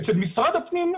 אצל משרד הפנים,